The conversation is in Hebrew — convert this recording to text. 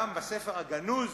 גם בספר הגנוז,